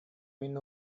мин